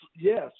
yes